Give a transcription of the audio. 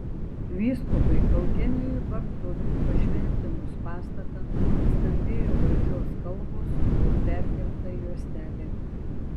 vyskupui eugenijui bartuliui pašventinus pastatą skambėjo valdžios kalbos buvo perkirpta juostelė